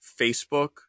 Facebook